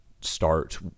start